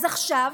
אז עכשיו,